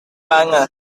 wange